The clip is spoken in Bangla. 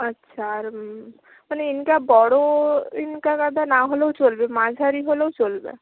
আচ্ছা আর মানে ইংকা বড়ো ইংকা গাঁদা না হলেও চলবে মাঝারি হলেও চলবে